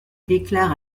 déclare